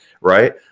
Right